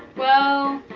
well